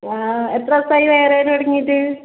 ആ ആ എത്ര ദിവസം ആയി വയറുവേദന തുടങ്ങിയിട്ട്